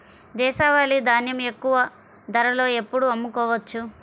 దేశవాలి ధాన్యం ఎక్కువ ధరలో ఎప్పుడు అమ్ముకోవచ్చు?